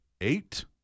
Eight